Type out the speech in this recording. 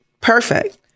Perfect